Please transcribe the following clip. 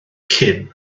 cyn